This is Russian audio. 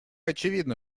очевидно